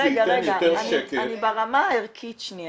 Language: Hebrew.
--- אני ברמה הערכית שנייה.